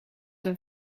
een